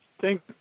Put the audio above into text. Thank